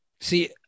See